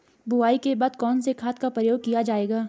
बुआई के बाद कौन से खाद का प्रयोग किया जायेगा?